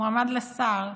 מועמד לשר,